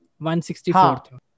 164